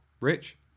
Rich